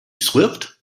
swift